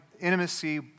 intimacy